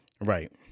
Right